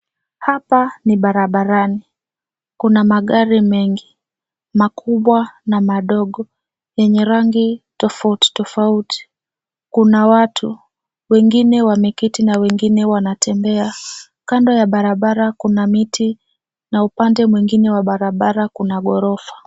Hapa ni barabarani. Kuna magari mengi, makubwa na madogo yenye rangi tofauti tofauti. Kuna watu, wengine wameketi na wengine wanatembea. Kando ya barabara kuna miti na upande mwingine wa barabara kuna ghorofa.